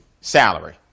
Salary